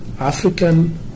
African